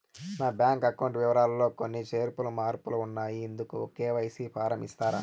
నా bank account వివరాలు లో కొన్ని చేర్పులు మార్పులు ఉన్నాయి, ఇందుకు కె.వై.సి ఫారం ఇస్తారా?